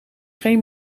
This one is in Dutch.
geen